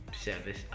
service